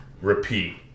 repeat